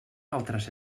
altres